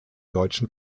deutschen